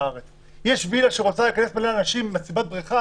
וילה שרוצה לכנס אנשים למסיבת בריכה,